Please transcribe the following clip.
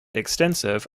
extensive